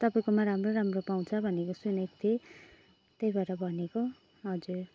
तपाईँकोमा राम्रो राम्रो पाउँछ भनेको सुनेको थिएँ त्यही भएर भनेको हजुर